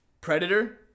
predator